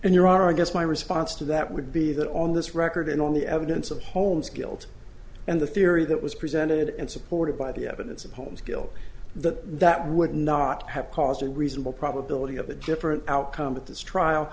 there are i guess my response to that would be that on this record and on the evidence of holmes guilt and the theory that was presented and supported by the evidence of holmes guilt but that would not have caused a reasonable probability of a different outcome of this trial